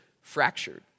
fractured